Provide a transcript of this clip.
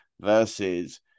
versus